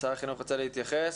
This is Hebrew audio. שר החינוך רוצה להתייחס?